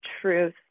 truth